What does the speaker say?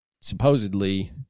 supposedly